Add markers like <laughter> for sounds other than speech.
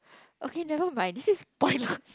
okay never mind this is spoiler <laughs>